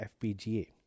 FPGA